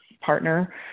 partner